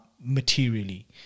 Materially